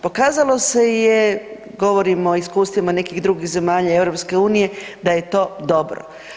Pokazalo se je govorim o iskustvima nekih drugih zemalja EU da je to dobro.